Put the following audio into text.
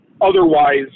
otherwise